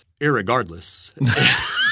irregardless